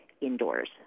indoors